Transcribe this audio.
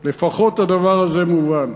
לפחות הדבר הזה מובן,